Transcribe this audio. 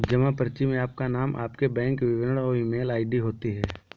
जमा पर्ची में आपका नाम, आपके बैंक विवरण और ईमेल आई.डी होती है